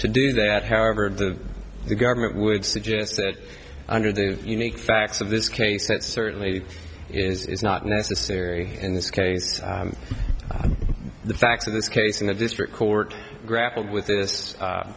to do that however the government would suggest that under the unique facts of this case that certainly is not necessary in this case the facts of this case in the district court grappled with this